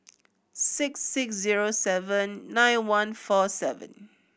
six six zero seven nine one four seven